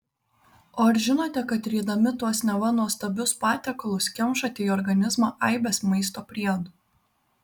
o ar žinote kad rydami tuos neva nuostabius patiekalus kemšate į organizmą aibes maisto priedų